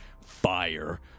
Fire